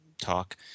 talk